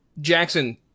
Jackson